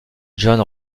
john